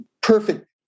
perfect